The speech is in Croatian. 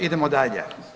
Idemo dalje.